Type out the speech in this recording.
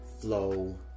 Flow